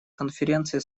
конференции